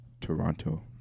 Toronto